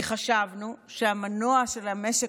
כי חשבנו שהמנוע של המשק,